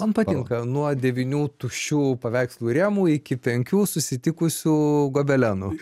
man patinka nuo devynių tuščių paveikslų rėmų iki penkių susitikusių gobelenų